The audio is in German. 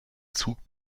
zug